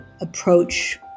approach